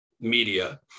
media